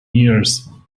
years